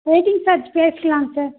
waiting charge பேசுலாங்க sir